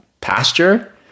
pasture